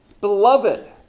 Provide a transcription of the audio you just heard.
Beloved